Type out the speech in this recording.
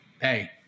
Hey